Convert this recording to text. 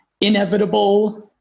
inevitable